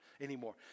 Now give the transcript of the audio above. anymore